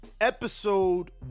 episode